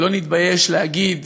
ולא נתבייש להגיד: